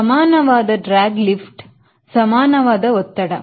ಸಮಾನವಾದ drag lift ಸಮಾನವಾದ ಒತ್ತಡ